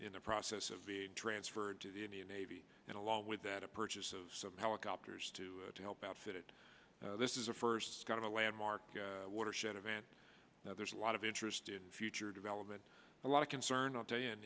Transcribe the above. in the process of being transferred to the indian navy and along with that a purchase of some helicopters to help outfit it this is a first got a landmark watershed event there's a lot of interest in future development a lot of concern i'll tell you in